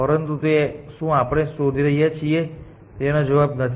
પરંતુ તે આપણે શું શોધી રહ્યા છીએ તેનો જવાબ નથી